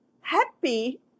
happy